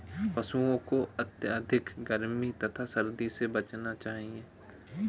पशूओं को अत्यधिक गर्मी तथा सर्दी से बचाना चाहिए